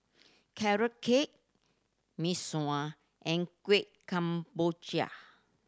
Carrot Cake Mee Sua and Kuih Kemboja